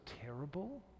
terrible